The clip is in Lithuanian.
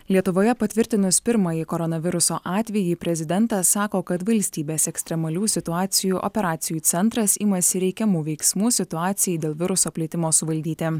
lietuvoje patvirtinus pirmąjį koronaviruso atvejį prezidentas sako kad valstybės ekstremalių situacijų operacijų centras imasi reikiamų veiksmų situacijai dėl viruso plitimo suvaldyti